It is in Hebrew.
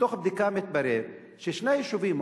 מתברר ששני היישובים,